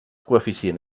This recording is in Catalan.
coeficient